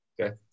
Okay